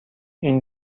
این